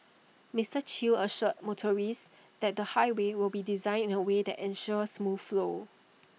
Mister chew assured motorists that the highway will be designed in A way that ensures smooth flow